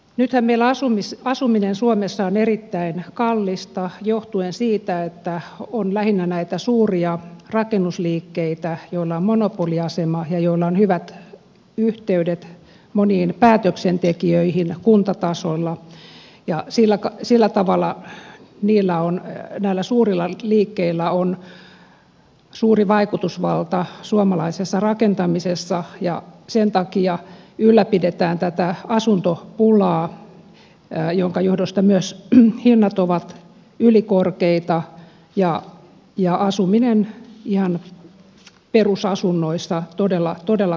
nythän meillä asuminen suomessa on erittäin kallista johtuen siitä että on lähinnä näitä suuria rakennusliikkeitä joilla on monopoliasema ja joilla on hyvät yhteydet moniin päätöksentekijöihin kuntatasolla ja sillä tavalla näillä suurilla liikkeillä on suuri vaikutusvalta suomalaisessa rakentamisessa ja sen takia ylläpidetään tätä asuntopulaa jonka johdosta myös hinnat ovat ylikorkeita ja asuminen ihan perusasunnoissa todella todella kallista